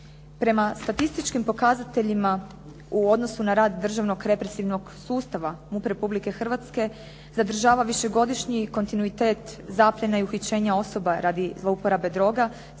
Prema statističkim pokazateljima u odnosu na rad državnog represivnog sustava MUP Republike Hrvatske zadržava višegodišnji kontinuitet zapiljena i uhićenja osoba radi zloporabe droga